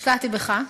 השקעתי בך.